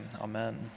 Amen